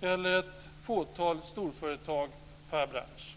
eller ett fåtal storföretag per bransch.